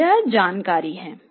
यह जानकारी है